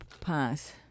pass